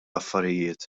affarijiet